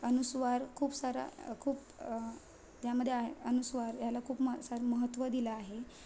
अनुस्वार खूप सारा खूप त्यामध्ये आहे अनुस्वार ह्याला खूप म सार महत्व दिलं आहे